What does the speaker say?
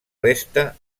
resta